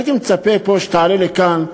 הייתי מצפה שתעלה לכאן,